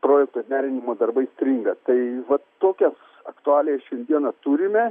projektų derinimo darbai stringa tai vat tokias aktualijas šiandieną turime